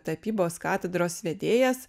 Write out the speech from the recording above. tapybos katedros vedėjas